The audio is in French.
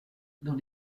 dans